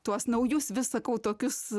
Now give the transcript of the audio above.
tuos naujus vis sakau tokius